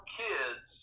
kids